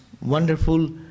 wonderful